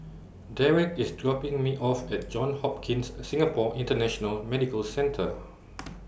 Derrek IS dropping Me off At Johns Hopkins Singapore International Medical Centre